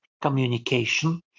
communication